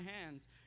hands